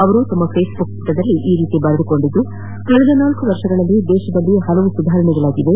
ಅವರು ತಮ್ನ ಫೇಸ್ಬುಕ್ ಪುಟದಲ್ಲಿ ಈ ರೀತಿ ಬರೆದುಕೊಂಡಿದ್ದು ಕಳೆದ ನಾಲ್ಕು ವರ್ಷಗಳಲ್ಲಿ ದೇಶದಲ್ಲಿ ಹಲವು ಸುಧಾರಣೆಗಳಾಗಿವೆ